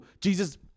Jesus